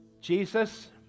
Jesus